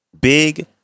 Big